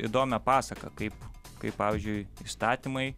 įdomią pasaką kaip kaip pavyzdžiui įstatymai